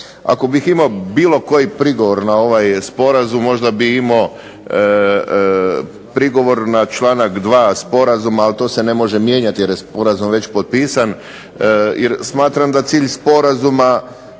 Ako bih imao bilo koji prigovor na ovaj sporazum, možda bi imao prigovor na članak 2. sporazuma, ali to se ne može mijenjati jer je sporazum već potpisan, jer smatram da cilj sporazuma